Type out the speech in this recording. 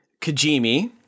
Kajimi